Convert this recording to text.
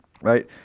right